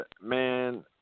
man